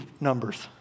numbers